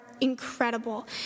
incredible